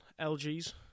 LG's